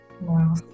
wow